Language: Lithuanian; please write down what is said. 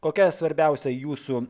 kokia svarbiausia jūsų